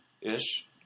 Ish